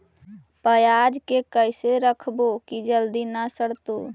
पयाज के कैसे रखबै कि जल्दी न सड़तै?